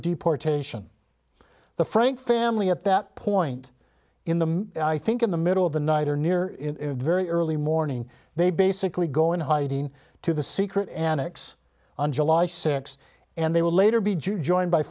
deportation the frank family at that point in the i think in the middle of the night or near in very early morning they basically go into hiding to the secret an x on july sixth and they will later be joined by